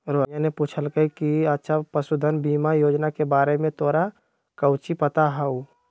रोहिनीया ने पूछल कई कि अच्छा पशुधन बीमा योजना के बारे में तोरा काउची पता हाउ?